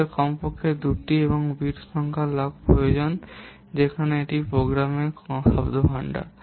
আমাদের কমপক্ষে 2 টি এবং বিট সংখ্যার লগ প্রয়োজন যেখানে এটা প্রোগ্রামের শব্দভাণ্ডার